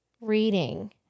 reading